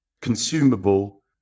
consumable